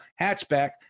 hatchback